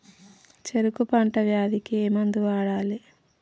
చెరుకు పంట వ్యాధి కి ఏ మందు వాడాలి?